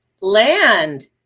Land